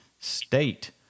state